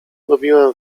lubiłem